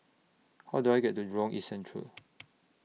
How Do I get to Jurong East Central